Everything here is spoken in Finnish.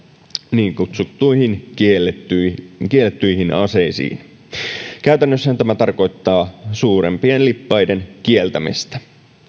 niin kutsuttuihin kiellettyihin kiellettyihin aseisiin käytännössähän tämä tarkoittaa suurempien lippaiden kieltämistä